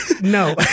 No